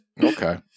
Okay